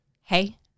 Hey